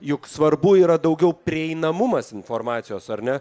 juk svarbu yra daugiau prieinamumas informacijos ar ne